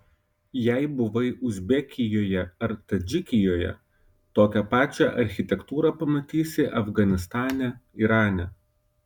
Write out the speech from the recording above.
jei buvai uzbekijoje ar tadžikijoje tokią pačią architektūrą pamatysi afganistane irane